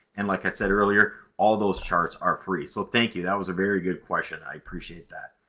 and like i said earlier, all those charts are free. so thank you that was a very good question, i appreciate that.